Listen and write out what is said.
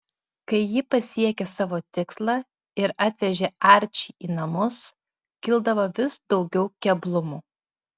kai ji pasiekė savo tikslą ir atvežė arčį į namus kildavo vis daugiau keblumų